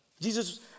Jesus